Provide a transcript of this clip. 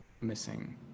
missing